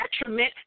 detriment